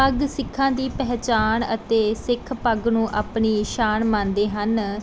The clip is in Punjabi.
ਪੱਗ ਸਿੱਖਾਂ ਦੀ ਪਹਿਚਾਣ ਅਤੇ ਸਿੱਖ ਪੱਗ ਨੂੰ ਆਪਣੀ ਸ਼ਾਨ ਮੰਨਦੇ ਹਨ